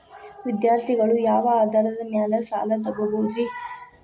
ವಿದ್ಯಾರ್ಥಿಗಳು ಯಾವ ಆಧಾರದ ಮ್ಯಾಲ ಸಾಲ ತಗೋಬೋದ್ರಿ?